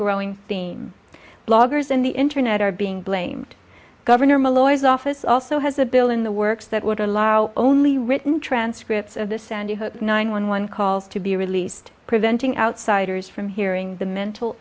growing thing bloggers in the internet are being blamed governor malloy the office also has a bill in the works that would allow only written transcripts of the sandy hook nine one one calls to be released preventing outsiders from hearing the mental